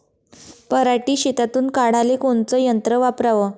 पराटी शेतातुन काढाले कोनचं यंत्र वापराव?